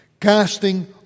Casting